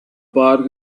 park